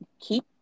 keep